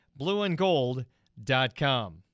blueandgold.com